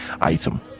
item